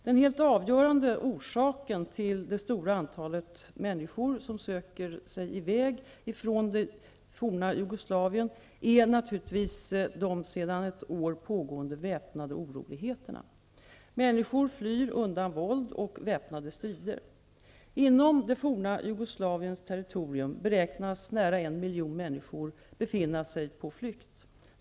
Den helt avgörande orsaken till det stora antalet människor som söker sig i väg från det forna Jugoslavien är naturligtvis de sedan ett år pågående väpnade oroligheterna. Människor flyr undan våld och väpnade strider. Inom det forna Jugoslaviens territorium beräknas nära en miljon människor befinna sig på flykt.